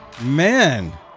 man